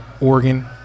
Oregon